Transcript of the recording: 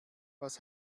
was